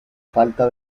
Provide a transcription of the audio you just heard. falta